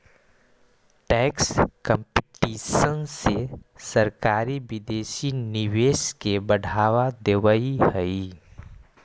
tax competition से सरकारी विदेशी निवेश के बढ़ावा देवऽ हई